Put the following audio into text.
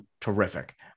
terrific